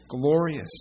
glorious